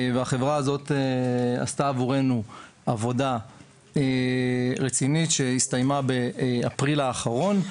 החברה הזו עשתה עבורנו עבודה רצינית שהסתיימה בחודש אפריל שנת 2023,